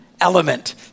element